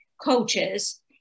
coaches